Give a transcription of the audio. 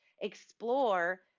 explore